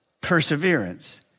perseverance